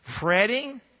Fretting